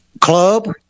club